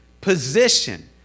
Position